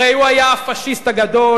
הרי הוא היה הפאשיסט הגדול,